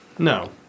No